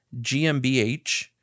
GmbH